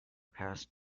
past